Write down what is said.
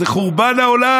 זה חורבן העולם,